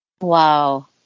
Wow